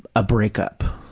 a break-up.